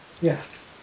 Yes